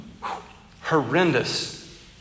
horrendous